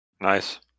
Nice